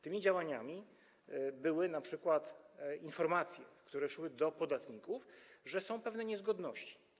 Tymi działaniami były np. informacje, które szły do podatników, że są pewne niezgodności.